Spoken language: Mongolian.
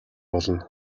болно